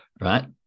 right